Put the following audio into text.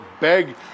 beg